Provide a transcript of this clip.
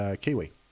Kiwi